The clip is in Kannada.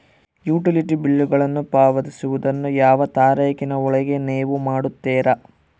ಯುಟಿಲಿಟಿ ಬಿಲ್ಲುಗಳನ್ನು ಪಾವತಿಸುವದನ್ನು ಯಾವ ತಾರೇಖಿನ ಒಳಗೆ ನೇವು ಮಾಡುತ್ತೇರಾ?